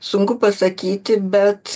sunku pasakyti bet